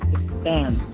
Expand